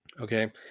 Okay